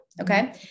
Okay